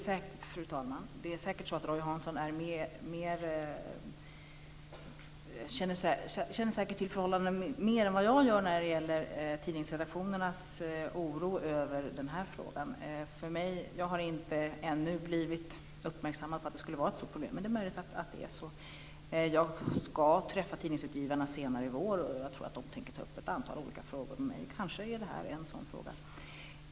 Fru talman! Roy Hansson känner säkert till förhållandena mer än vad jag gör när det gäller tidningsredaktionernas oro över den här frågan. Jag har ännu inte blivit uppmärksammad på att det skulle vara ett stort problem, men det är möjligt att det är det. Jag skall träffa tidningsutgivarna senare i vår, och jag tror att de tänker ta upp ett antal olika frågor med mig - kanske är det här en sådan fråga.